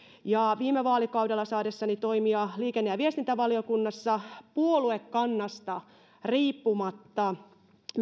viime vaalikaudella saadessani toimia liikenne ja viestintävaliokunnassa me puoluekannasta riippumatta